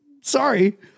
Sorry